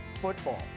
football